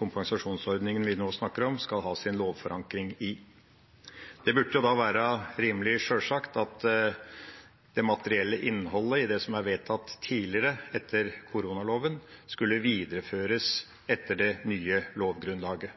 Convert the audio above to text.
kompensasjonsordningen vi nå snakker om, dermed skal ha sin lovforankring i. Det burde da være rimelig sjølsagt at det materielle innholdet i det som er vedtatt tidligere, etter koronaloven, skulle videreføres etter det nye lovgrunnlaget.